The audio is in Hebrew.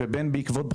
ובין בעקבות בחירות,